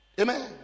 amen